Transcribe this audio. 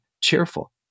cheerful